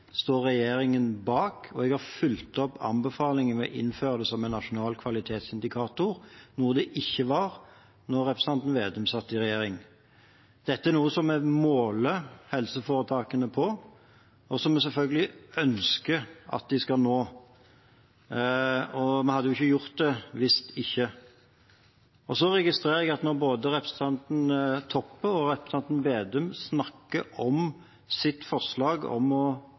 står bak de responstidene som er anbefalt av det offentlige utvalget, og jeg har fulgt opp anbefalingen ved å innføre den som en nasjonal kvalitetsindikator, noe den ikke var da representanten Slagsvold Vedum satt i regjering. Dette er noe vi måler helseforetakene på, og som vi selvfølgelig ønsker at de skal nå, hvis ikke hadde vi jo ikke gjort det. Jeg registrerer at når representantene Toppe og Slagsvold Vedum snakker om sitt forslag om å